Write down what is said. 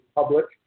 public